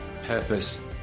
purpose